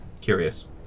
Curious